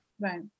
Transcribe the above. Right